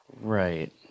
Right